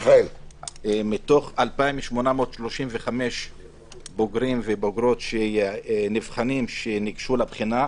מתוך 2,835 בוגרים ובוגרות, נבחנים שניגשו לבחינה,